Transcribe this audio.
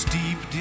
deep